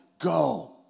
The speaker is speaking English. go